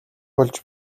болж